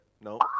No